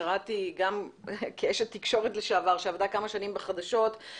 קראתי גם כאשת תקשורת לשעבר שעבדה כמה שנים בחדשות,